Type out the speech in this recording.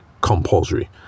compulsory